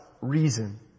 reason